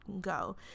go